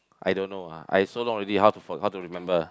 I don't know ah I so long already how to f~ how to remember